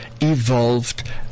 evolved